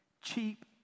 Cheap